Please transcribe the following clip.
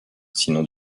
sinon